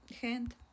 hand